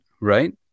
right